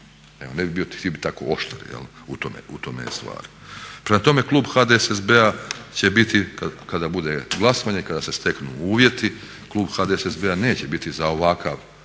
Ne bih htio biti tako oštar u tome je stvar. Prema tome klub HDSSB-a će biti, kada bude glasovanje, kada se steknu uvjeti, klub HDSSB-a neće biti za ovakav